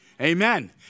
amen